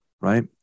right